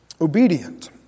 obedient